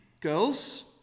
Girls